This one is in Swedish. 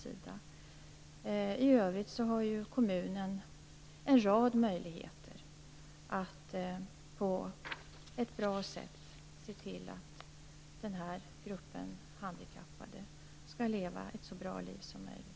I övrigt har kommunen en rad möjligheter att se till att denna grupp handikappade kan leva ett så bra liv som möjligt.